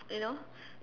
you know